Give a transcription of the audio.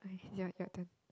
okay it's your your turn